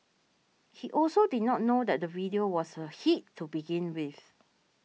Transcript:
he also did not know that the video was a hit to begin with